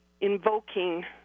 invoking